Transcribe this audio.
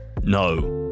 no